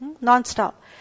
non-stop